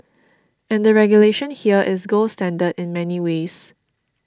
and the regulation here is gold standard in many ways